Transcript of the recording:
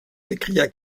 s’écria